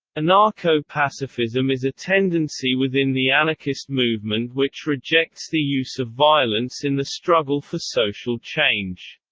anarcho-pacifism is a tendency within the anarchist movement which rejects the use of violence in the struggle for social change.